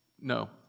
No